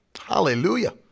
Hallelujah